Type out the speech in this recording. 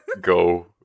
go